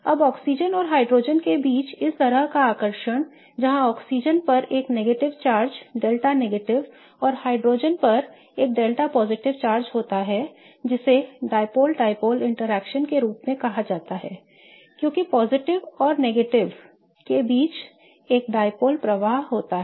अब ऑक्सीजन और हाइड्रोजन के बीच इस तरह का आकर्षण जहां ऑक्सीजन पर एक ऋणात्मक आवेश डेल्टा ऋणात्मक और हाइड्रोजन पर एक डेल्टा धनात्मक आवेश होता है जिसे डायपोल डायपोल इंटरेक्शन के रूप में कहा जाता है क्योंकि धनात्मक और ऋणात्मक अंत के बीच एक द्विध्रुवीय प्रवाह होता है